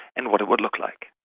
and what it would look like.